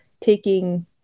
taking